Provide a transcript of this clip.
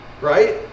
right